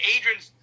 Adrian's